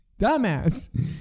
Dumbass